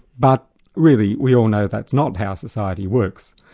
but really, we all know that's not how society works,